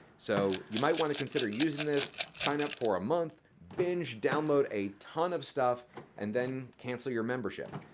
so you might want to consider using this. sign up for a month, binge download a ton of stuff and then cancel your membership.